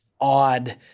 odd